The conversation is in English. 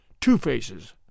Two-Faces